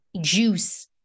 juice